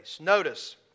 Notice